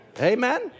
Amen